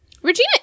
Regina